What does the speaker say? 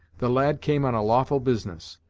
the lad came on a lawful business,